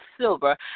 silver